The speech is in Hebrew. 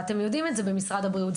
ואתם יודעים את זה במשרד הבריאות.